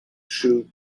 shoes